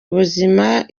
ubuzima